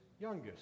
youngest